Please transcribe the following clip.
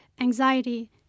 anxiety